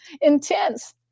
intense